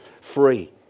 free